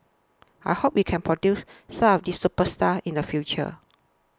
I hope we can produce some of these superstars in the future